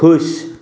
खु़शि